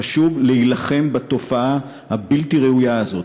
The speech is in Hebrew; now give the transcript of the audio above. חשוב להילחם בתופעה הבלתי-ראויה הזאת.